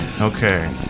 Okay